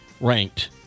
ranked